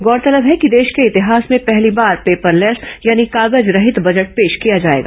गौरतलब है कि देश के इतिहास में पहली बार पेपरलेस यानी कागज रहित बजट पेश किया जाएगा